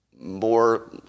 more